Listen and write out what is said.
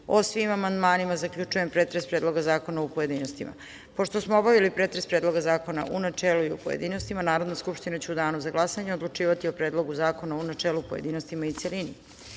o svim amandmanima, zaključujem pretres Predloga zakona u pojedinostima. Pošto smo obavili pretres Predloga zakona u načelu i u pojedinostima Narodna skupština će u danu za glasanje odlučivati o Predlogu zakona u načelu, pojedinostima i celini. Tačka